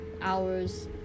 hours